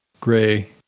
gray